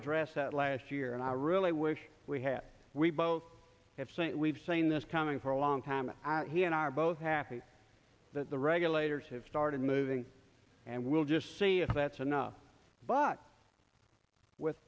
address that last year and i really wish we had we both have seen it we've seen this coming for a long time and he and i are both happy that the regulators have started moving and we'll just see if that's enough but with